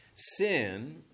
Sin